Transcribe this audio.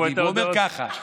הוא אומר ככה: